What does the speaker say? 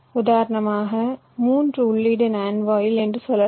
உதாரணமாக மூன்று உள்ளீட்டு NAND வாயில் என்று சொல்லலாம்